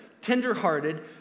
tenderhearted